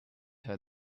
heard